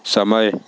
समय